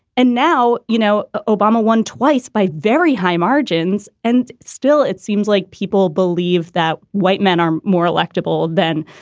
and now, you know, obama won twice by very high margins. and still, it seems like people believe that white men are more electable than,